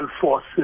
forces